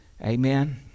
Amen